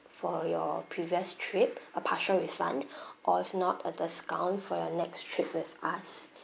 for your previous trip a partial refund or if not a discount for your next trip with us